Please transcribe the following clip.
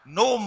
no